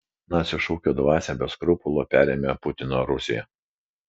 nacių šūkio dvasią be skrupulų perėmė putino rusija